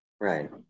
Right